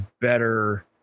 better